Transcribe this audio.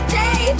day